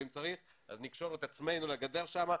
ואם צריך אז נקשור את עצמנו לגדר שם,